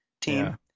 team